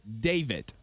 David